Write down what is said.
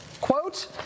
Quote